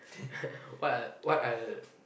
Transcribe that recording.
what I what I'll